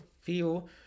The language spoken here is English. feel